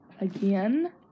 again